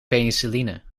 penicilline